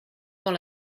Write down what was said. dans